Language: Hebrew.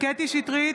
קטי קטרין שטרית,